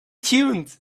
tuned